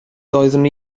doeddwn